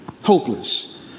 hopeless